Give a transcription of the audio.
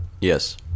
yes